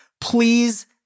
please